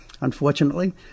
unfortunately